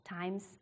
times